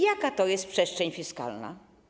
Jaka to jest przestrzeń fiskalna?